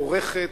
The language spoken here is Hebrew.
דורכת,